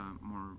more